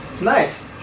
Nice